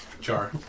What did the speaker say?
jar